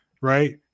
right